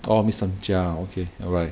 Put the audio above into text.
orh miss tamjiak okay alright